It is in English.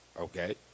okay